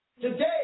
Today